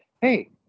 Hey